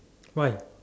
why